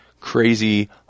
crazy